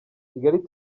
kigali